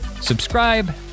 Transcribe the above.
subscribe